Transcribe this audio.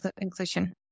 inclusion